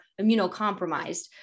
immunocompromised